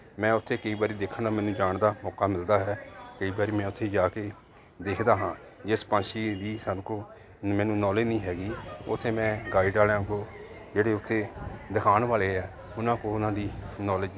ਮੈਂ ਉੱਥੇ ਕਈ ਵਾਰੀ ਦੇਖਣ ਦਾ ਮੈਨੂੰ ਜਾਣ ਦਾ ਮੌਕਾ ਮਿਲਦਾ ਹੈ ਕਈ ਵਾਰੀ ਮੈਂ ਉੱਥੇ ਜਾ ਕੇ ਦੇਖਦਾ ਹਾਂ ਜਿਸ ਪੰਛੀ ਦੀ ਸਾਨੂੰ ਕੋ ਮੈਨੂੰ ਨੌਲੇਜ ਨਹੀਂ ਹੈਗੀ ਉੱਥੇ ਮੈਂ ਗਾਈਡ ਵਾਲਿਆਂ ਕੋਲ ਜਿਹੜੇ ਉੱਥੇ ਦਿਖਾਉਣ ਵਾਲੇ ਆ ਉਹਨਾਂ ਕੋਲ ਉਹਨਾਂ ਦੀ ਨੌਲੇਜ